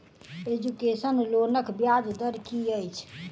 Education लोनक ब्याज दर की अछि?